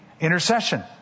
intercession